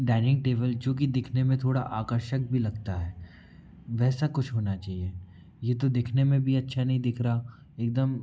dining table चूँकि दिखने में थोड़ा आकर्षक भी लगता है वैसा कुछ होना चाहिए ये तो दिखने में भी अच्छा नई दिख रहा एकदम